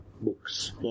books